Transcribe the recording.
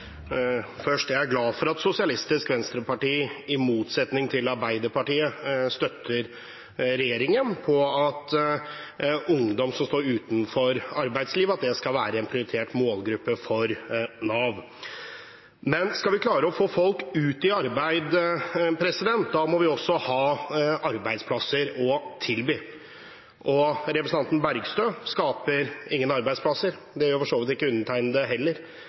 glad for at Sosialistisk Venstreparti i motsetning til Arbeiderpartiet støtter regjeringen i at ungdom som står utenfor arbeidslivet, skal være en prioritert målgruppe for Nav. Men skal vi klare å få folk ut i arbeid, må vi også ha arbeidsplasser å tilby. Representanten Bergstø skaper ingen arbeidsplasser, det gjør for så vidt ikke undertegnede heller.